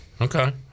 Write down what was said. Okay